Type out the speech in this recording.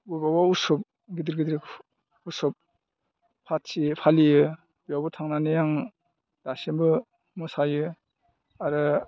बबेबा उत्सब गिदिर गिदिर उत्सब फाथियो फालियो बेयावबो थांनानै आं दासिमबो मोसायो आरो